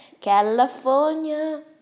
California